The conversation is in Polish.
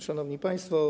Szanowni Państwo!